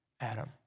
Adam